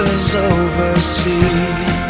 overseas